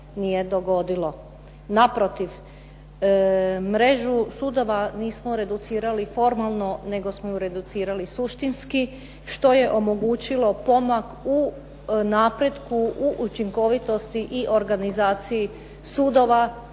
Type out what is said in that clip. Naprotiv mrežu sudova nismo reducirali formalno nego smo je reducirali suštinski što je omogućilo korak u napretku u učinkovitosti, i organizaciji sudova,